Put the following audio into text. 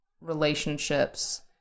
relationships